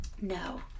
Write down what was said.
No